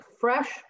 fresh